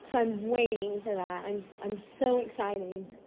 so i'm waiting for that. um i'm so excited. and